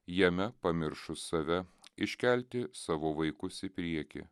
jame pamiršus save iškelti savo vaikus į priekį